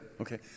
Okay